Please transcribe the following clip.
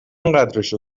اینقدرشو